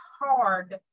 hard